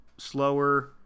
Slower